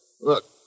Look